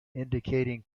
indicating